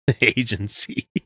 agency